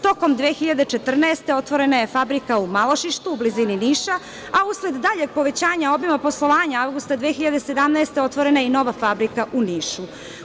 Tokom 2014. godine otvorena je fabrika u Malošištu u blizini Niša, a usled daljeg povećanja obima poslovanja avgusta 2017. godine otvorena je i nova fabrika u Nišu.